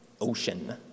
Ocean